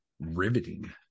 riveting